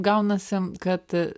gaunasi kad